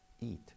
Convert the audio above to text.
eat